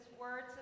words